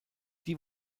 die